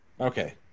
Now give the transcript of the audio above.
okay